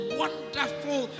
wonderful